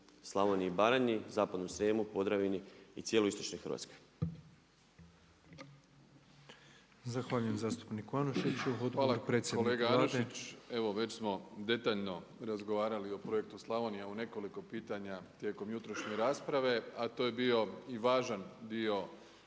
Slavoniji i Baranji, zapadnom Srijemu, Podravini i cijeloj Istočnoj Hrvatskoj?